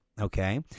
Okay